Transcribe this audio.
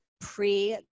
pre